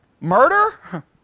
Murder